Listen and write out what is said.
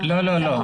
לא.